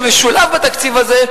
שמשולב בתקציב הזה,